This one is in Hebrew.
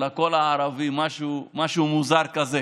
של הקול הערבי משהו מוזר כזה.